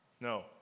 no